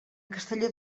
castelló